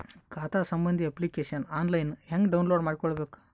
ಖಾತಾ ಸಂಬಂಧಿ application online ಹೆಂಗ್ ಡೌನ್ಲೋಡ್ ಮಾಡಿಕೊಳ್ಳಬೇಕು?